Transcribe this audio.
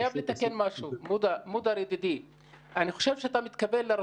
כספים כי חיכינו שתהיה ממשלה ושיהיה תקציב למדינה.